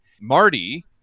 Marty